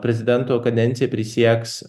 prezidento kadencijai prisieks